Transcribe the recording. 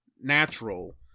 natural